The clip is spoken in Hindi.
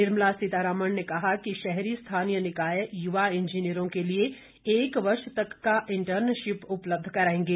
निर्मला सीतारामण ने कहा कि शहरी स्थानीय निकाय युवा इंजीनियरों के लिए एक वर्ष तक का इंटर्नशिप उपलब्ध कराएंगे